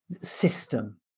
system